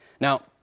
Now